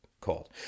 called